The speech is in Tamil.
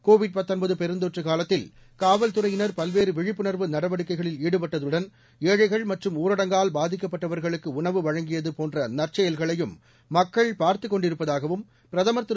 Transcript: கோவிட் பெருந்தொற்று காலத்தில் காவல்துறையினர் பல்வேறு விழிப்புணர்வு நடவடிக்கைகளில் ஈடுபட்டதுடன் ஏழைகள் மற்றும் ஊரடங்கால் பாதிக்கப்பட்டவர்களுக்கு உணவு வழங்கியது போன்ற நற்செயல்களையும் மக்கள் பார்த்துக் கொண்டிருப்பதாகவும் பிரதமர் திரு